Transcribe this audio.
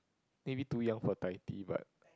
maybe too young for Taiti but